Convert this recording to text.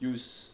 use